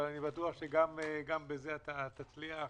אבל אני בטוח שגם בזה תצליח.